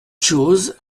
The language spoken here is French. chooz